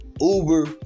uber